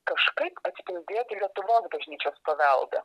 kažkaip atspindėti lietuvos bažnyčios paveldą